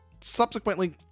subsequently